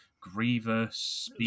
Grievous